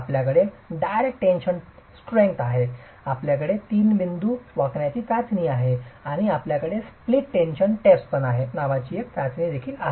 आपल्याकडे direct tension strength आहे आपल्याकडे तीन बिंदू वाकण्याची चाचणी आहे आणि आपल्याकडे स्प्लिट टेन्शन टेस्ट नावाची आणखी एक चाचणी देखील आहे